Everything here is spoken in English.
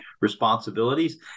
responsibilities